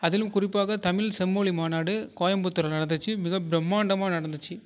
அதிலும் குறிப்பாக தமிழ் செம்மொழி மாநாடு கோயம்புத்தூரில் நடந்துச்சு மிக பிரம்மாண்டமாக நடந்துச்சு